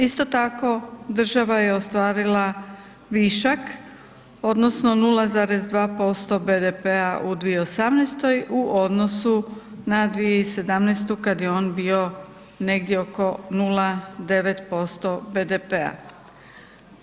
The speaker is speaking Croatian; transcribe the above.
Isto tako država je ostvarila višak odnosno 0,2% BDP-a u 2018.-oj u odnosu na 2017.-u kad je on bio negdje oko 0,9% BDP-a.